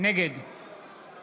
נגד